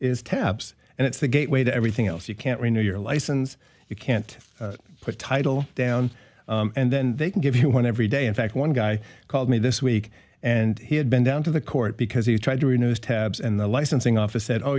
is tabs and it's the gateway to everything else you can't renew your license you can't put a title down and then they can give you one every day in fact one guy called me this week and he had been down to the court because he tried to renew his tabs and the licensing office said oh